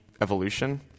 Evolution